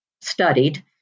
studied